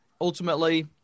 Ultimately